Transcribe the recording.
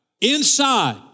Inside